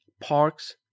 Parks